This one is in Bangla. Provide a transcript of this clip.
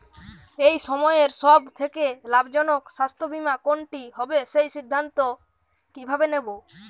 এই সময়ের সব থেকে লাভজনক স্বাস্থ্য বীমা কোনটি হবে সেই সিদ্ধান্ত কীভাবে নেব?